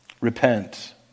Repent